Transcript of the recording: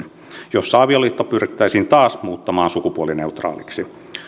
jossa avioliitto pyrittäisiin taas muuttamaan sukupuolineutraaliksi